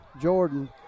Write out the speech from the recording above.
Jordan